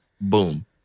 Boom